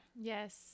yes